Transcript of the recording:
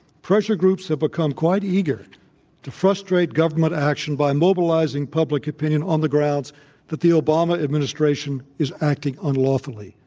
pressure groups have become quite eager to frustrate government action by mobilizing public opinion on the grounds that the obama a dministration is acting unlawfully.